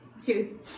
two